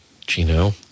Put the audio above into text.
Gino